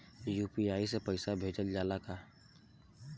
UPI से पईसा भेजल जाला का?